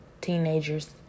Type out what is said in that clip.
teenagers